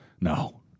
No